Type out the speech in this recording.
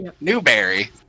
Newberry